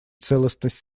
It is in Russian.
целостность